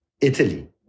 Italy